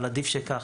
אבל עדיף כך,